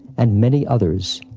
and many others.